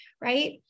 right